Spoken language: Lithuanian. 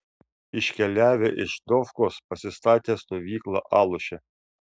iškeliavę iš dofkos pasistatė stovyklą aluše